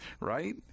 right